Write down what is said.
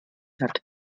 hat